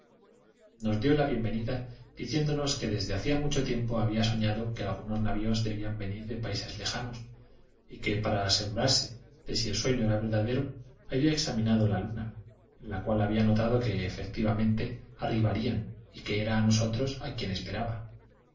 nos dio la bienvenida diciéndonos que desde hacía mucho tiempo había soñado que algunos navios debían venir de países lejanos y que para asegurarse de si el sueño era verdadero había examinado la luna en la cual había notado que efectivamente arribarían y que era a nosotros a quien